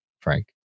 Frank